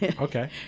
Okay